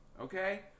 Okay